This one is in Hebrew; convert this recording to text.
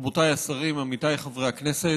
רבותיי השרים, עמיתיי חברי הכנסת,